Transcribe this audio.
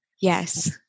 Yes